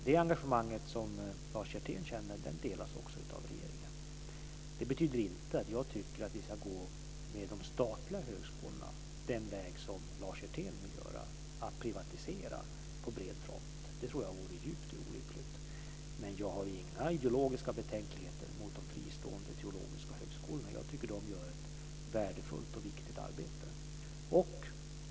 Det engagemang som Lars Hjertén känner delas av regeringen. Det betyder inte att jag tycker att de statliga högskolorna ska gå den väg Lars Hjertén vill, nämligen att privatisera på bred front. Det vore djupt olyckligt. Men jag har inga ideologiska betänkligheter mot de fristående teologiska högskolorna. Jag tycker att de gör ett värdefullt och viktigt arbete.